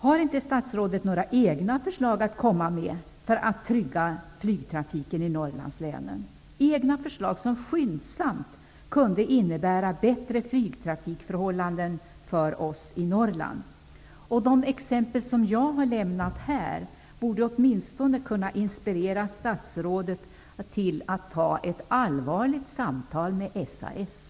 Har inte statsrådet några egna förslag om hur man kan trygga flygtrafiken i Norrlandslänen, egna förslag som skyndsamt kunde innebära bättre flygtrafikförhållanden för oss i Norrland? De exempel jag har lämnat här borde åtminstone kunna inspirera statsrådet till att ta ett allvarligt samtal med SAS.